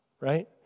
right